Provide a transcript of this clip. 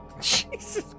Jesus